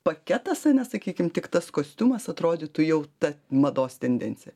paketas ane sakykim tik tas kostiumas atrodytų jau ta mados tendencija